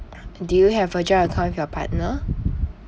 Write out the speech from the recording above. do you have a joint account with your partner